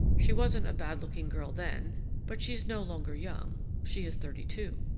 she wasn't a bad-looking girl then but she is no longer young, she is thirty-two.